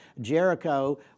Jericho